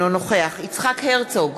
אינו נוכח יצחק הרצוג,